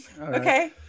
Okay